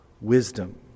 wisdom